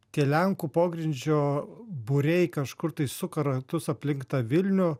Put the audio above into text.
tie lenkų pogrindžio būriai kažkur tai suka ratus aplink tą vilnių